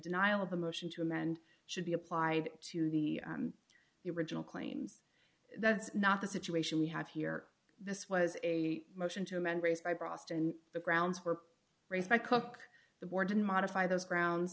denial of a motion to amend should be applied to the original claims that's not the situation we have here this was a motion to amend raised by boston the grounds for race by cook the board and modify those grounds